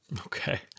Okay